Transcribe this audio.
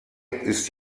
ist